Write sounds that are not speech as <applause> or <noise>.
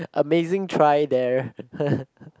amazing try there <laughs>